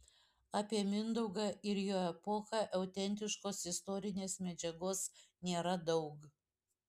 apie mindaugą ir jo epochą autentiškos istorinės medžiagos nėra daug